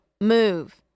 move